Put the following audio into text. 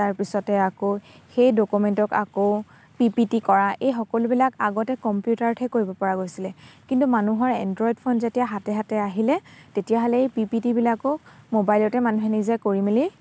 তাৰপিছতে আকৌ সেই ডকুমেণ্টক আকৌ পি পি টি কৰা এই সকলোবিলাক আগতে কম্পিউটাৰতহে কৰিব পৰা গৈছিলে কিন্তু মানুহৰ এণ্ড্ৰইড ফোন যেতিয়া হাতে হাতে আহিলে তেতিয়াহ'লে এই পি পি টিবিলাকো মোবাইলতে মানুহে নিজে কৰি মেলি